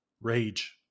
rage